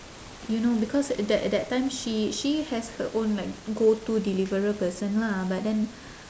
you know because that that time she she has her own like go-to deliverer person lah but then